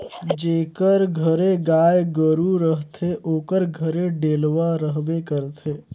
जेकर घरे गाय गरू रहथे ओकर घरे डेलवा रहबे करथे